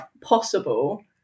possible